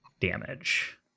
damage